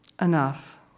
enough